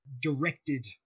directed